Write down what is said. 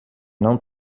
não